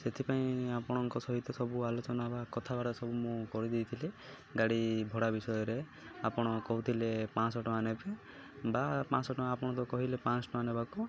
ସେଥିପାଇଁ ଆପଣଙ୍କ ସହିତ ସବୁ ଆଲୋଚନା ବା କଥାବାର୍ତ୍ତା ସବୁ ମୁଁ କରିଦେଇଥିଲି ଗାଡ଼ି ଭଡ଼ା ବିଷୟରେ ଆପଣ କହୁଥିଲେ ପାଞ୍ଚଶହ ଟଙ୍କା ନେବେ ବା ପାଞ୍ଚଶହ ଟଙ୍କା ଆପଣ ତ କହିଲେ ପାଞ୍ଚଶହ ଟଙ୍କା ନେବାକୁ